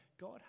God